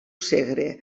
segre